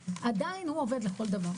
עדיין הוא עובד לכל דבר.